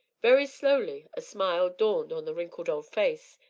very slowly a smile dawned on the wrinkled old face,